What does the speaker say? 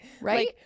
right